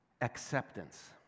Acceptance